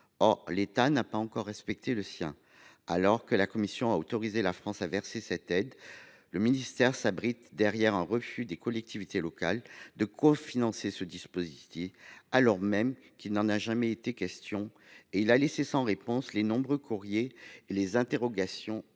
l’État n’a pas encore respecté le sien. Bien que la Commission ait autorisé la France à verser cette aide, le ministère s’est abrité derrière le refus des collectivités locales de cofinancer ce dispositif, alors même qu’il n’en a jamais été question, et il a laissé sans réponse les nombreux courriers et les interrogations